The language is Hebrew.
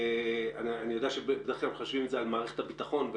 אני יודע שבדרך כלל מחשבים את זה על מערכת הביטחון,